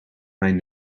mijn